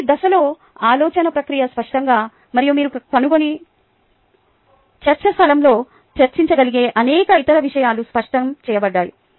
ప్రతి దశలో ఆలోచన ప్రక్రియ స్పష్టంగా మరియు మీరు కనుగొని చర్చాస్థలంలో చర్చించగలిగే అనేక ఇతర విషయాలు స్పష్టం చేయబడ్డాయి